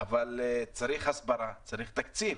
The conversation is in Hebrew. אבל צריך הסברה ותקציב.